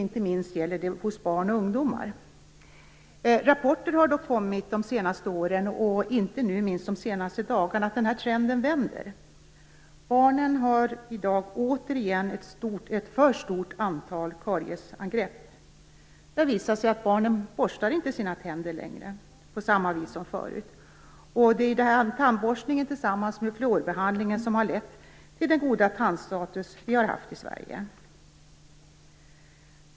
Det gäller inte minst barn och ungdomar. Rapporter har kommit de senaste åren, och inte minst under de senaste dagarna, om att trenden vänder. Barnen har i dag återigen ett för stort antal kariesangrepp. Det har visat sig att barnen inte längre borstar sina tänder på samma vis som förut. Det är tandborstningen tillsammans med fluorbehandlingen som har lett till den goda tandstatus vi har haft i Sverige.